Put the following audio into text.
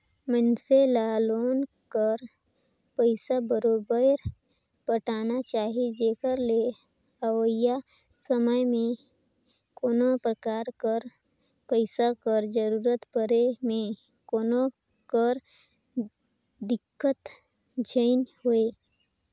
मइनसे ल लोन कर पइसा बरोबेर पटाना चाही जेकर ले अवइया समे में कोनो परकार कर पइसा कर जरूरत परे में कोनो कर दिक्कत झेइन होए